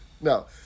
No